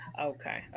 okay